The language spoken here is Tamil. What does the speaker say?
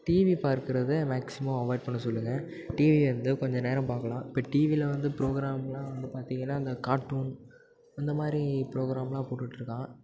டிவி பார்க்கிறத மேக்ஸிமம் அவாய்ட் பண்ண சொல்லுங்கள் டிவி வந்து கொஞ்சம் நேரம் பார்க்கலாம் இப்போ டிவியில் வந்து புரோகிராமெலாம் வந்து பார்த்தீங்கன்னா அந்த கார்ட்டூன் அந்த மாதிரி புரோகிராமெலாம் போட்டுட்டுருக்கான்